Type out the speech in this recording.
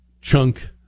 chunk